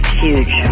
huge